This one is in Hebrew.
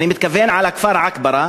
אני מתכוון לכפר עכברה,